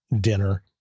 dinner